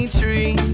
tree